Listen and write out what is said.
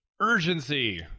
Urgency